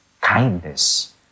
kindness